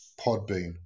Podbean